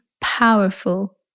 powerful